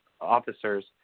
officers